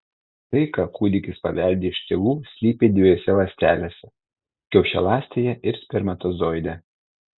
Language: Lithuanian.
tai ką kūdikis paveldi iš tėvų slypi dviejose ląstelėse kiaušialąstėje ir spermatozoide